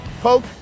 Poke